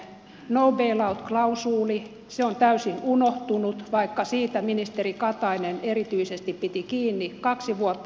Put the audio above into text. no bail out klausuuli on täysin unohtunut vaikka siitä ministeri katainen erityisesti piti kiinni kaksi vuotta sitten